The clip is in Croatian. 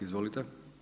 Izvolite.